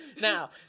Now